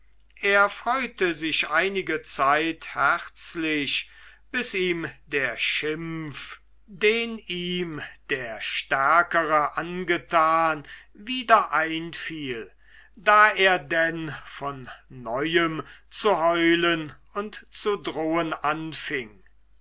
er freute sich einige zeit herzlich bis ihm der schimpf den ihm der stärkere angetan wieder einfiel da er denn von neuem zu heulen und zu drohen anfing